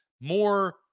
more